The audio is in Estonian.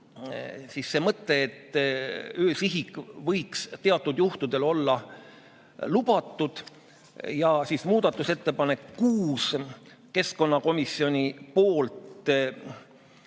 kaasa see mõte, et öösihik võiks teatud juhtudel olla lubatud. Muudatusettepanek nr 6, keskkonnakomisjoni poolt,